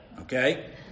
okay